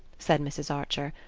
said mrs. archer.